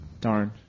Darn